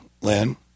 Lynn